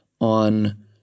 on